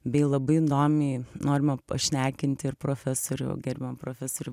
bei labai įdomiai norima pašnekinti ir profesorių gerbiamą profesorių